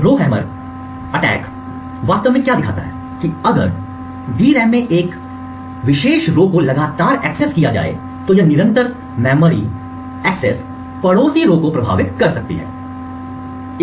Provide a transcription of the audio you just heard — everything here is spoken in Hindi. रोहमर अटैक वास्तव में क्या दिखाती है कि अगर DRAM में एक विशेष पंक्ति रो को लगातार एक्सेस किया जाता था तो यह निरंतर मेमोरी एक्सेस पड़ोसी पंक्तियों रो को प्रभावित कर सकती थी